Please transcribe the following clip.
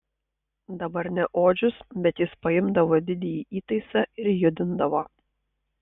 dabar ne odžius bet jis paimdavo didįjį įtaisą ir judindavo